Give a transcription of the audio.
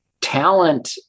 talent